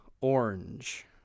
Orange